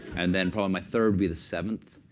and then probably my third would be the seventh.